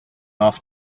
off